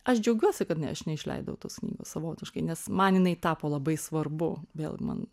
aš džiaugiuosi kad ne aš neišleidau tos savotiškai nes man jinai tapo labai svarbu vėl man